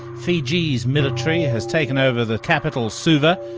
fiji's military has taken over the capital, suva,